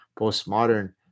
postmodern